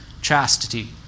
chastity